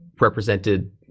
represented